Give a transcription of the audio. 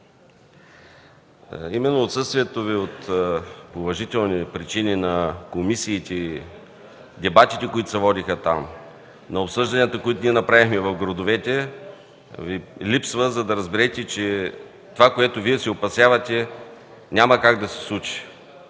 поради отсъствието Ви по уважителни причини от комисиите и дебатите, които се водиха там, както и от обсъжданията, които направихме в градовете, Ви пречи, за да разберете, че това, от което Вие се опасявате, няма как да се случи.